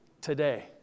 today